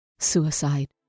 Suicide